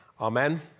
Amen